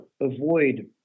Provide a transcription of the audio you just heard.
avoid